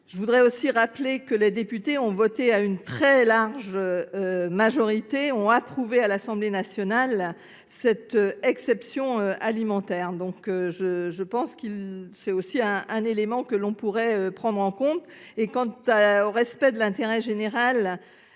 Je voudrais aussi rappeler que les députés ont voté à une très large majorité, ont approuvé à l'Assemblée nationale cette exception alimentaire. Donc je pense que c'est aussi un élément que l'on pourrait prendre en compte. Et quant au respect de l'intérêt général,